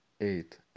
eight